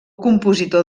compositor